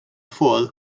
fall